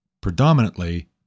predominantly